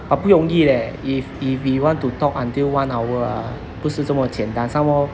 but 不容易 leh if if we want to talk until one hour ah 不是这么简单 some more